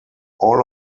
all